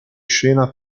scena